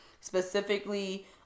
Specifically